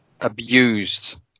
abused